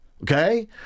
Okay